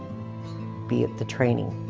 be it the training,